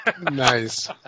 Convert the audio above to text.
Nice